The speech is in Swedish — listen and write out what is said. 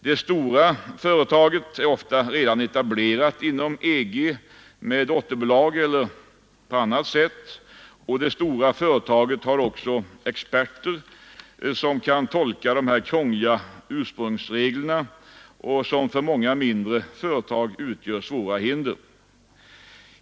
Det stora företaget är ofta redan etablerat inom EG med dotterbolag eller på annat sätt, och det stora företaget har också experter som kan tolka de ofta krångliga ursprungsreglerna, vilka för många mindre företag utgör svåra hinder.